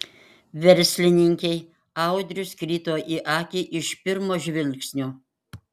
verslininkei audrius krito į akį iš pirmo žvilgsnio